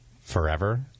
forever